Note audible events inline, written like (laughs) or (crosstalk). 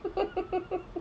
(laughs)